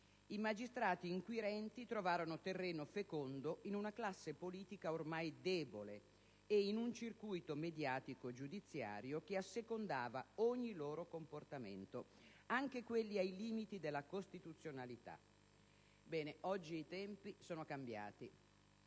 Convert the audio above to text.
i magistrati inquirenti trovarono terreno fecondo in una classe politica ormai debole e in un circuito mediatico-giudiziario che assecondava ogni loro comportamento, anche quelli ai limiti della costituzionalità. Bene, oggi i tempi sono cambiati.